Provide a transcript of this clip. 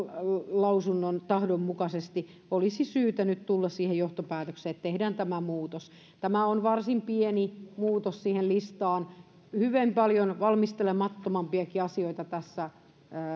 tahdon mukaisesti olisi syytä nyt tulla siihen johtopäätökseen että tehdään tämä muutos tämä on varsin pieni muutos siihen listaan hyvin paljon valmistelemattomampiakin asioita tässä